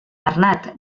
bernat